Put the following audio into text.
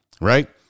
right